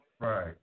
right